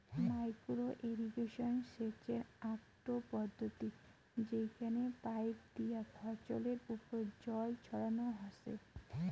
micro irrigation সেচের আকটো পদ্ধতি যেইখানে পাইপ দিয়া ফছলের ওপর জল ছড়ানো হসে